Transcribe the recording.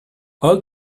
all